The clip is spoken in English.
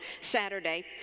Saturday